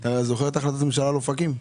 אתה זוכר את החלטת הממשלה על אופקים?